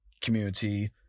community